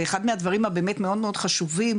ואחד מהדברים הבאמת מאוד מאוד חשובים,